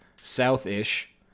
south-ish